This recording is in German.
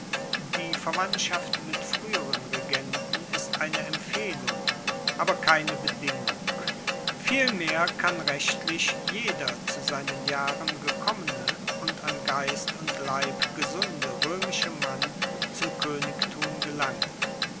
die verwandtschaft mit frueheren regenten ist eine empfehlung aber keine bedingung vielmehr kann rechtlich jeder zu seinen jahren gekommene und an geist und leib gesunde roemische mann zum koenigtum gelangen